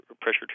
pressure